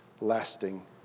lasting